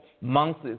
months